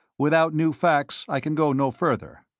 without new facts i can go no further.